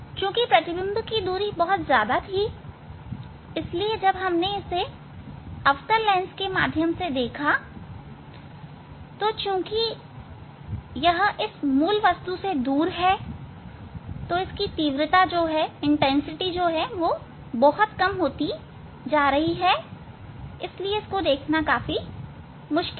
चूँकि प्रतिबिंब की दूरी बहुत ज्यादा थी इसीलिए जब हमने अवतल लेंस के माध्यम से देखा है चूंकि यह इस मूल वस्तु से दूर है तीव्रता बहुत कम होती जा रही है और यह देखना मुश्किल था